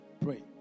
Pray